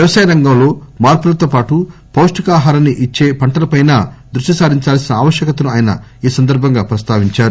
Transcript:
వ్యవసాయరంగంలో మార్పులతోపాటు పౌష్టికాహారాన్ని ఇచ్చే పంటలపైనా దృష్టిసారించాల్సిన ఆవశ్చతను ఆయన ప్రస్తావించారు